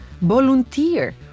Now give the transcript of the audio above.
volunteer